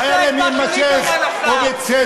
החרם יימשך, ובצדק.